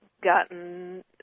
gotten